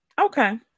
Okay